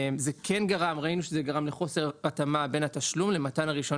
זה כן גרם לחוסר התאמה בין התשלום לבין מתן הרישיון